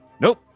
Nope